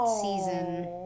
season